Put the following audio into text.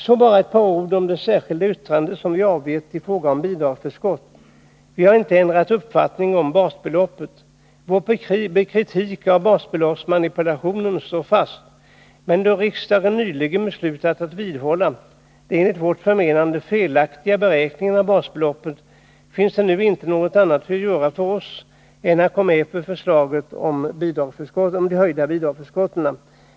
Så bara ett par ord om det särskilda yttrande som vi har avgivit i fråga om bidragsförskotten. Vi har inte ändrat uppfattning om basbeloppet. Vår kritik av basbeloppsmanipulationen står fast. Men då riksdagen beslutat att tiska åtgärder vidhålla den, enligt vårt förmenande, felaktiga beräkningen av basbeloppet, finns det nu inte något annat att göra för oss än att gå med på förslaget om de höjda bidragsförskotten.